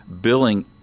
billing